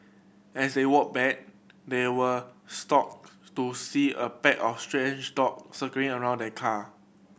as they walked back they were shocked to see a pack of strage dog circling around the car